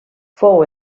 fou